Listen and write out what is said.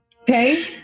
Okay